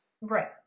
Right